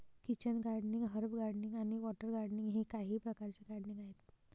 kitchen gardening, herb gardening आणि water gardening हे काही प्रकारचे गार्डनिंग आहेत